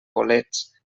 bolets